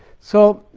so